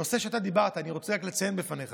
נושא שאתה דיברת עליו, אני רק רוצה לציין בפניך